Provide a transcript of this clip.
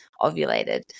ovulated